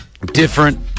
Different